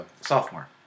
sophomore